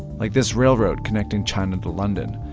like this railroad connecting china to london.